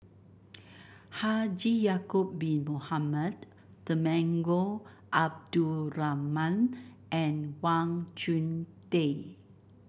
Haji Ya'acob Bin Mohamed Temenggong Abdul Rahman and Wang Chunde